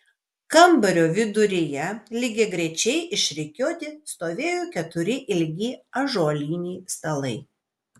kambario viduryje lygiagrečiai išrikiuoti stovėjo keturi ilgi ąžuoliniai stalai